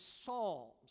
Psalms